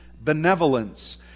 benevolence